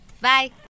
Bye